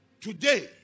today